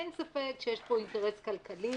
אין ספק שיש פה אינטרס כלכלי,